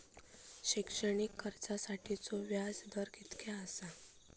शैक्षणिक कर्जासाठीचो व्याज दर कितक्या आसा?